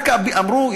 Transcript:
אמרו,